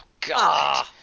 God